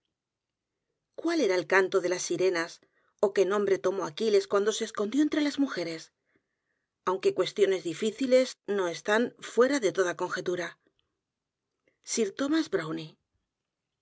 cuál era el canto de las sirenas ó qué nombre tomó aquiles cuando se escondió entre las mujeres aunque cuestiones difíciles no están fuera de toda conjetura s